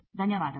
ಧನ್ಯವಾದಗಳು